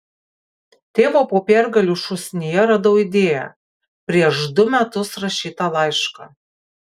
tėvo popiergalių šūsnyje radau idėją prieš du metus rašytą laišką